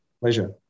Pleasure